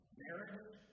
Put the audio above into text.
marriage